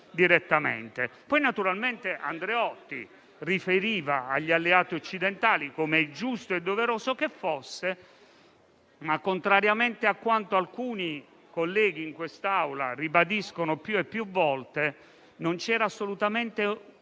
Poi naturalmente Andreotti riferiva agli alleati occidentali, come è giusto e doveroso che fosse. Tuttavia, contrariamente a quanto alcuni colleghi in quest'Aula hanno ribadito più volte, non c'era assolutamente una